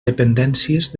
dependències